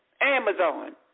Amazon